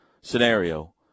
scenario